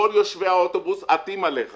כל יושבי האוטובוס עטים עליך